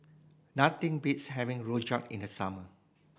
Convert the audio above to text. nothing beats having rojak in the summer